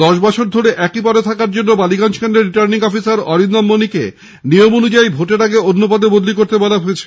দশ বছর ধরে একই পদে থাকার জন্য বালিগঞ্জ কেন্দ্রের রিটার্নিং অফিসার অরিন্দম মণিকে নিয়ম অনুযায়ী নির্বাচনের আগে অন্য পদে বদলি করতে নির্দেশ দেওয়া হয়েছে